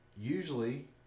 usually